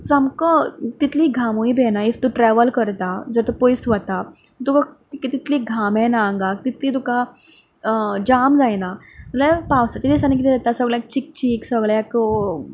सामको तितलो घामूय बी येना ईफ तूं ट्रॅवल करता जर तूं पयस वता तुका तितलो घाम येना आंगाक तितलें तुका जाम जायना जाल्यार पावसाच्या दिसांनी कितें जाता सगल्यांक चीक चीक सगल्यांक